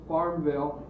Farmville